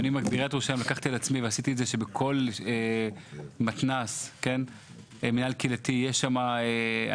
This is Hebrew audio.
אני בעיריית ירושלים לקחתי על עצמי שבכל מתנ"ס ומנהל קהילתי יש הנגשה.